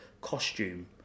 Costume